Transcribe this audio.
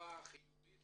תגובה חיובית